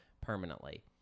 permanently